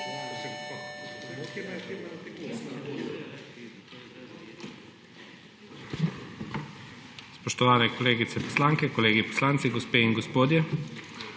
Spoštovane kolegice poslanke, kolegi poslanci, gospe in gospodje!